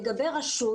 לגבי רשות